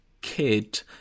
kid